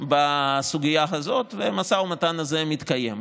בסוגיה הזאת והמשא ומתן הזה מתקיים.